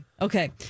Okay